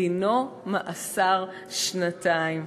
דינו מאסר שנתיים.